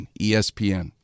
ESPN